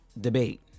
debate